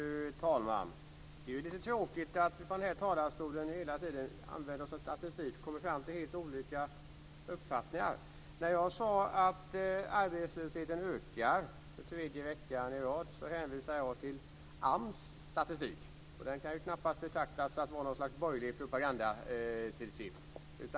Fru talman! Det är lite tråkigt att vi i den här talarstolen använder oss av statistik och kommer fram till helt olika uppfattningar. När jag sade att arbetslösheten ökar för tredje veckan i rad hänvisade jag till AMS statistik. Den kan knappast betraktas som borgerlig propaganda.